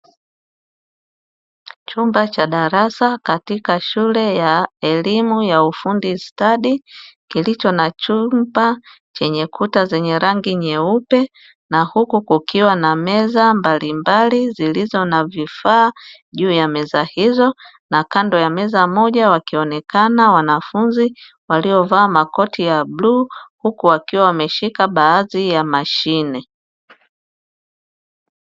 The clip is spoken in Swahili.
Chumba cha darasa katika shule ya elimu ya ufundi stadi, kilicho na chumba chenye kuta zenye rangi nyeupe, na huku kukiwa na meza mbalimbali zilizo na vifaa juu ya meza hizo, na kando ya meza moja wakionekana wanafunzi waliovaa makoti ya bluu, huku wakiwa wameshika baadhi ya mashine.